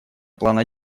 плана